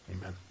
Amen